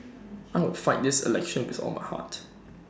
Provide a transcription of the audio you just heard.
I will fight this election with all my heart